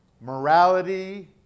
morality